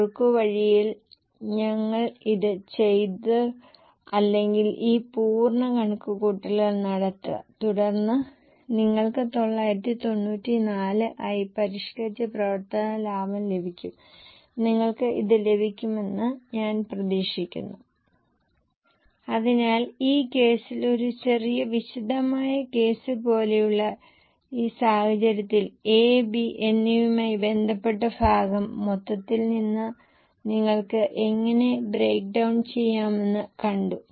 ഇളവുകൾക്കായി നിങ്ങൾ ആദ്യം വേരിയബിൾ ചെലവ് കണക്കാക്കേണ്ടതുണ്ട് ഇപ്പോൾ വേരിയബിൾ ചെലവ് മൊത്തം എടുക്കും നിങ്ങൾക്ക് വിൽപ്പന ക്വാണ്ടം അറിയാം യൂണിറ്റിന് വേരിയബിൾ ചെലവ് കണക്കാക്കുക 20 ശതമാനം കൂട്ടുക ഇത് ഞങ്ങൾക്ക് ഇളവുള്ള വില നൽകുന്നു നിങ്ങൾക്ക് മനസിലാകുന്നുണ്ടോ